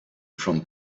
from